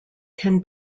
can